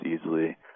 easily